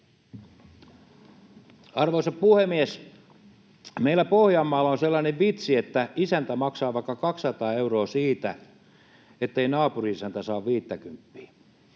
Arvoisa puhemies! Meillä Pohjanmaalla on sellainen vitsi, että isäntä maksaa vaikka 200 euroa siitä, ettei naapurin isäntä saa viittäkymppiä.